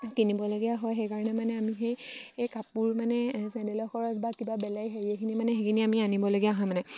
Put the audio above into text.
কিনিবলগীয়া হয় সেইকাৰণে মানে আমি সেই এই কাপোৰ মানে চেণ্ডেলৰ খৰচ বা কিবা বেলেগ হেৰি এখিনি মানে সেইখিনি আমি আনিবলগীয়া হয় মানে